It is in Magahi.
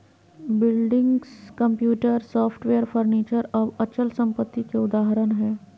बिल्डिंग्स, कंप्यूटर, सॉफ्टवेयर, फर्नीचर सब अचल संपत्ति के उदाहरण हय